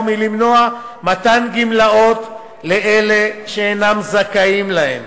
היא למנוע מתן גמלאות לאלה שאינם זכאים להן.